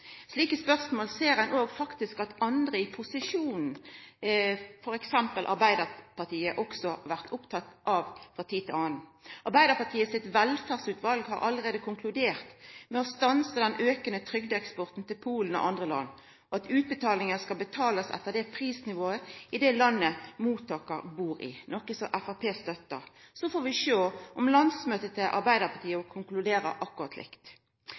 Slike spørsmål ser ein også at andre i posisjonen, f.eks. i Arbeidarpartiet, også er opptekne av frå tid til annan. Arbeidarpartiet sitt velferdsutval har allereie konkludert med å stansa den aukande trygdeeksporten til Polen og andre land, og at utbetalingar skal betalast etter prisnivået i det landet mottakaren bur i, noko som Framstegspartiet støttar. Så får vi sjå om landsmøtet til Arbeidarpartiet